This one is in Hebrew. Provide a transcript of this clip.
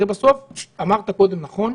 הרי בסוף אמרת קודם נכון,